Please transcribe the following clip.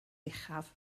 uchaf